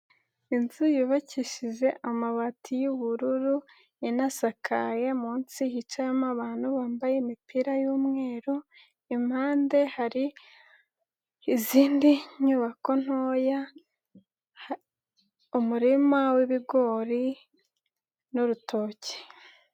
Inzu yubakishije amabati y'ubururu inasakaye, munsi hicayemo abantu bambaye imipira y'umweru, impande hari izindi nyubako ntoya, umurima w'ibigori n'urutoki.